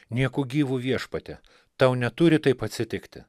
nieku gyvu viešpatie tau neturi taip atsitikti